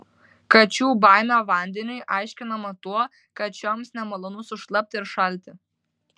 kačių baimė vandeniui aiškinama tuo kad šioms nemalonu sušlapti ir šalti